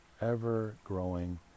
ever-growing